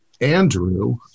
Andrew